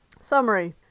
summary